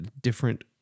different